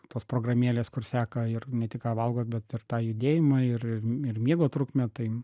tos programėlės kur seka ir ne tik ką valgo bet ir tą judėjimą ir ir ir miego trukmę tai